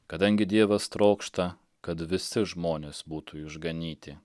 kadangi dievas trokšta kad visi žmonės būtų išganyti